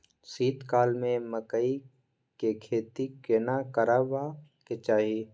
शीत काल में मकई के खेती केना करबा के चाही?